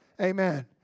Amen